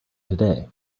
today